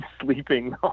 sleeping